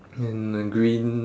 in a green